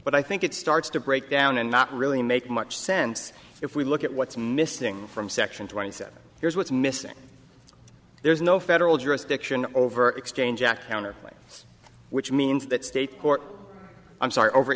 but i think it starts to break down and not really make much sense if we look at what's missing from section twenty seven here's what's missing there is no federal jurisdiction over exchange act owner which means that state court i'm sorry over